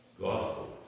Gospel